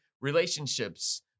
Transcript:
relationships